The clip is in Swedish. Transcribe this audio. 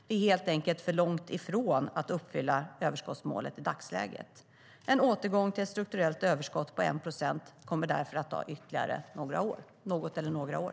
Vi är helt enkelt för långt ifrån att uppfylla överskottsmålet i dagsläget. En återgång till ett strukturellt överskott på 1 procent kommer att ta ytterligare något eller några år.